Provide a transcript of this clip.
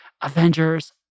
Avengers